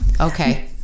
okay